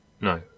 No